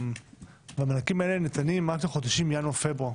המענקים האלה ניתנים רק לחודשים ינואר-פברואר.